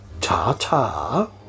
Ta-ta